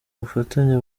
bufatanye